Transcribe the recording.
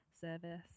service